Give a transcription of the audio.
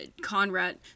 Conrad